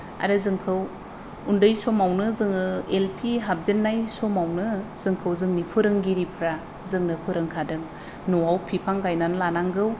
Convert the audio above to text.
आरो जोंखौ उन्दै समावनो जोङो एल पि हाबजेननाय समावनो जोंखौ जोंनि फोरोंगिरिफ्रा जोंनो फोरोंखादों न'आव बिफां गायनानै लानांगौ